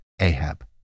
Ahab